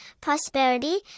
prosperity